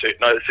No